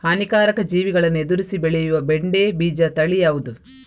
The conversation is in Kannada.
ಹಾನಿಕಾರಕ ಜೀವಿಗಳನ್ನು ಎದುರಿಸಿ ಬೆಳೆಯುವ ಬೆಂಡೆ ಬೀಜ ತಳಿ ಯಾವ್ದು?